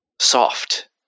soft